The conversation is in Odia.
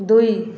ଦୁଇ